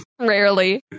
Rarely